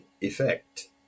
effect